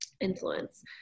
influence